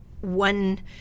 one